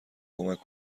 کمک